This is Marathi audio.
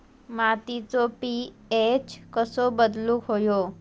मातीचो पी.एच कसो बदलुक होयो?